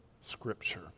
Scripture